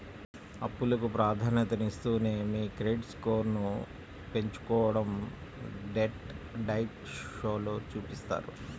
అప్పులకు ప్రాధాన్యతనిస్తూనే మీ క్రెడిట్ స్కోర్ను పెంచుకోడం డెట్ డైట్ షోలో చూపిత్తారు